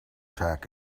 tack